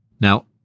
Now